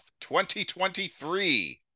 2023